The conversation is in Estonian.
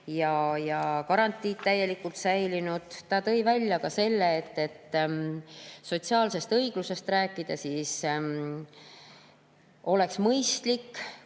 ja garantiid täielikult säilinud. Ta tõi välja selle, et kui sotsiaalsest õiglusest rääkida, siis oleks mõistlik,